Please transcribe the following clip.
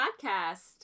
Podcast